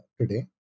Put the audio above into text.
today